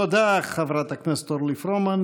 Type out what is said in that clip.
תודה, חברת הכנסת אורלי פרומן.